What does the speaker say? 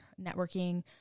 networking